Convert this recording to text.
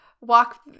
walk